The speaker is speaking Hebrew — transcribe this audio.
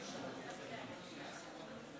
מצביעה אלעזר שטרן, מצביע מיכל שיר סגמן,